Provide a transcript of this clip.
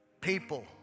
People